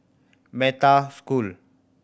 Metta School